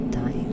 Time